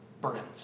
burdens